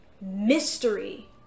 mystery